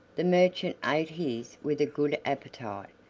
the merchant ate his with a good appetite,